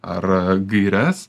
ar gaires